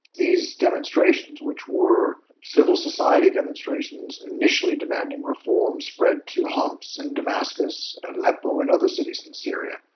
these demonstrations, which were civil society demonstrations initially demanding reform, spread to homs and damascus and aleppo and other cities in syria.